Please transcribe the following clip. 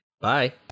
Bye